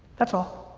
that's all.